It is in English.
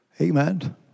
Amen